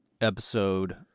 episode